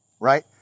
right